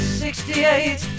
68